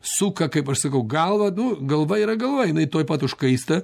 suka kaip aš sakau galvą nu galva yra galva jinai tuoj pat užkaista